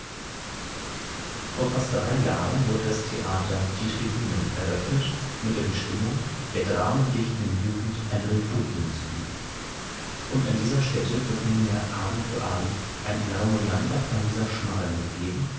vor fast drei jahren wurde das theater die tribüne eröffnet mit der bestimmung der dramendichtenden jugend ein refugium zu bieten und an dieser stätte wird nunmehr abend für abend ein larmoyanter pariser schmarren gegeben